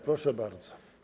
Proszę bardzo.